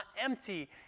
empty